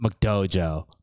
McDojo